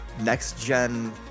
next-gen